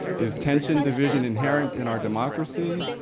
is tension division inherent in our democracy?